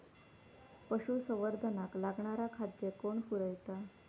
पशुसंवर्धनाक लागणारा खादय कोण पुरयता?